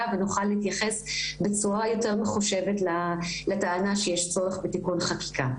ונוכל להתייחס בצורה יותר מחושבת לטענה שיש צורך בתיקון חקיקה.